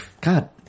God